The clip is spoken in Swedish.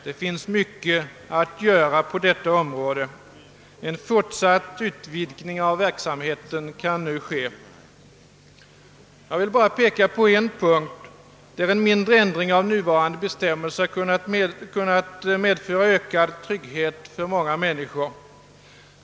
Det finns mycket att göra på detta område, och en fortsatt utbyggnad av verksamheten kan nu ske. Jag vill i detta sammanhang bara peka på en punkt, där en mindre ändring av nuvarande bestämmelser kan medföra ökad trygghet för många människor.